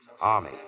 army